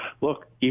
Look